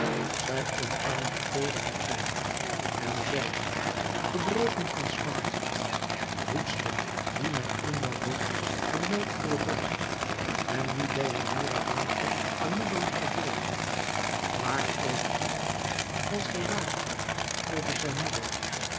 zij omarmde teeder haar zoon en zeide gebroken van smart voedster die mij eenmaal bood de melkvolle borst en wie deianeira dankte de moederlijke zorgen waak over hyllos als gij waaktet over zijn moeder